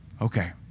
Okay